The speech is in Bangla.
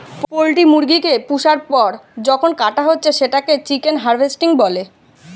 পোল্ট্রি মুরগি কে পুষার পর যখন কাটা হচ্ছে সেটাকে চিকেন হার্ভেস্টিং বলে